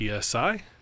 PSI